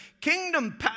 kingdom